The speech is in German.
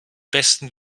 besten